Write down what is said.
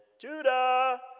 Judah